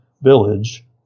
village